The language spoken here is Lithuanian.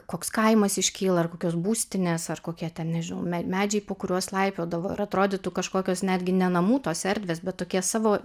koks kaimas iškyla ar kokios būstinės ar kokie ten nežinau me medžiai po kuriuos laipiodavo ir atrodytų kažkokios netgi ne namų tos erdvės bet tokie savo